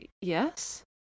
Yes